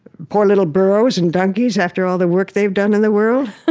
poor little burros and donkeys, after all the work they've done in the world?